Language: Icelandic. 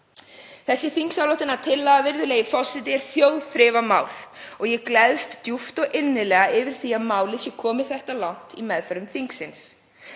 Þessi þingsályktunartillaga, virðulegi forseti, er þjóðþrifamál og ég gleðst djúpt og innilega yfir því að málið sé komið þetta langt í meðförum þingsins.